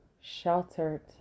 sheltered